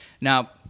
Now